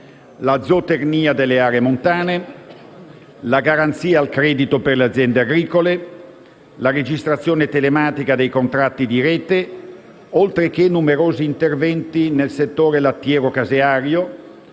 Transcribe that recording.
la zootecnia delle aree montane, la garanzia al credito per le aziende agricole, la registrazione telematica dei contratti di rete, oltre a numerosi interventi nel settore lattiero-caseario